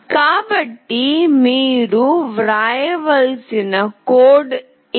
కాబట్టి మీరు వ్రాయవలసిన కోడ్ ఇది